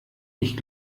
ich